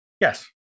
Yes